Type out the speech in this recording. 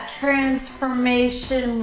transformation